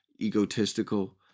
egotistical